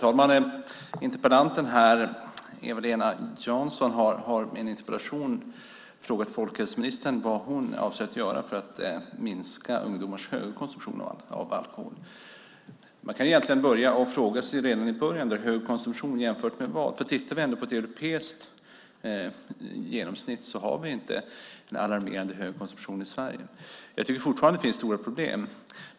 Fru talman! Eva-Lena Jansson har i en interpellation frågat folkhälsoministern vad hon avser att göra för att minska ungdomars höga konsumtion av alkohol. Man kan egentligen börja med att fråga sig: Hög konsumtion jämfört med vad? Tittar vi på ett europeiskt genomsnitt ser vi nämligen att vi inte har en alarmerande hög konsumtion i Sverige. Jag tycker fortfarande att det finns stora problem.